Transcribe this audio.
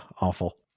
awful